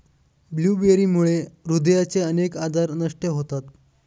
ब्लूबेरीमुळे हृदयाचे अनेक आजार नष्ट होतात